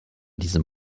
diesem